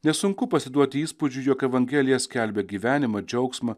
nesunku pasiduoti įspūdžiui jog evangelija skelbia gyvenimą džiaugsmą